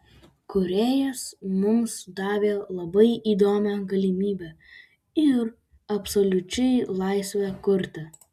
kūrėjas mums davė labai įdomią galimybę ir absoliučią laisvę kurti